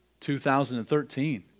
2013